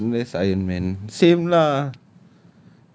ya oh that's iron man same lah